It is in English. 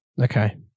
okay